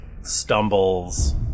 stumbles